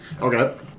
Okay